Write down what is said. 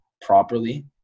properly